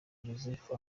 yozefu